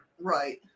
Right